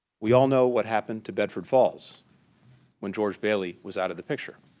we all know what happened to bedford falls when george bailey was out of the picture.